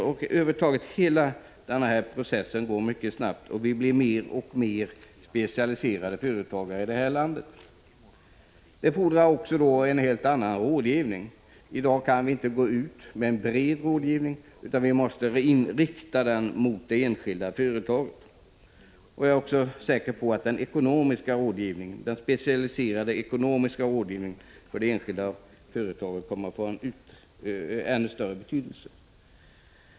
Över huvud taget går hela utvecklingsprocessen mycket snabbt, och vi som är lantbruksföretagare i det här landet blir mer och mer specialiserade. Det fordras nu också en helt annan rådgivning än tidigare. I dag kan vi inte gå ut med en bred rådgivning, utan vi måste rikta den mot det enskilda företaget. Jag är också säker på att den specialiserade ekonomiska rådgivningen för det enskilda företaget kommer att få en ännu större betydelse än nu.